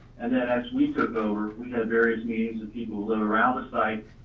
and then as we took over, we had various meetings of people who live around the site,